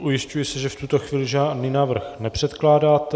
Ujišťuji se, že v tuto chvíli žádný návrh nepředkládáte.